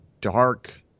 dark